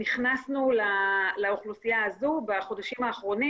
נכנסנו לאוכלוסייה הזו בחודשים האחרונים